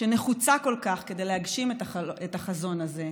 שנחוצה כל כך כדי להגשים את החזון הזה,